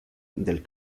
del